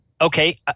Okay